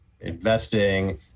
investing